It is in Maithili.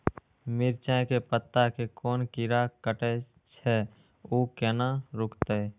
मिरचाय के पत्ता के कोन कीरा कटे छे ऊ केना रुकते?